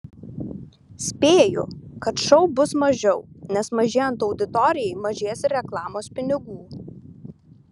spėju kad šou bus mažiau nes mažėjant auditorijai mažės ir reklamos pinigų